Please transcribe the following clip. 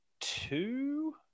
two